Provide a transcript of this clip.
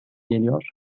geliyor